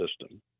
system